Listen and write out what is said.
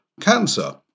cancer